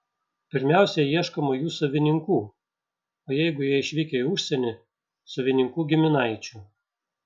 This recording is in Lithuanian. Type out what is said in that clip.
pirmiausia ieškoma jų savininkų o jeigu jie išvykę į užsienį savininkų giminaičių